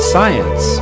Science